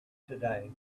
today